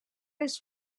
els